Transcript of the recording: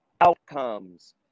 outcomes